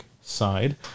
side